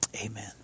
Amen